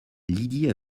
lydie